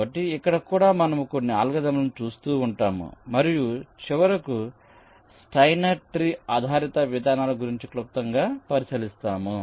కాబట్టి ఇక్కడ కూడా మనము కొన్ని అల్గోరిథంలను చూస్తూ ఉంటాము మరియు చివరకు స్టైనర్ ట్రీ ఆధారిత విధానాల గురించి క్లుప్తంగా పరిశీలిస్తాము